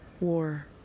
war